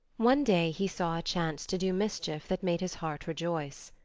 one day he saw a chance to do mischief that made his heart rejoice.